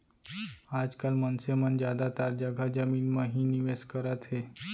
आज काल मनसे मन जादातर जघा जमीन म ही निवेस करत हे